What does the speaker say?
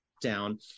down